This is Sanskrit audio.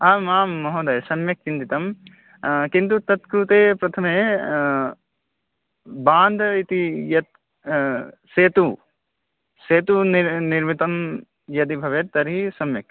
आम् आं महोदय सम्यक् चिन्तितं किन्तु तत्कृते प्रथमे बान्द् इति यत् सेतुः सेतुः निर् निर्मितं यदि भवेत् तर्हि सम्यक्